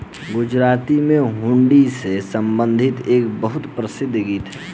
गुजराती में हुंडी से संबंधित एक बहुत प्रसिद्ध गीत हैं